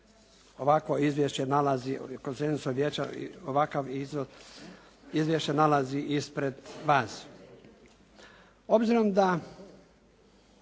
ovakvo izvješće nalazi, ovim konsenzusom vijeća ovakvo izvješće nalazi ispred vas.